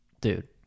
Dude